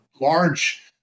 large